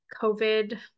COVID